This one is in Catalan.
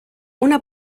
una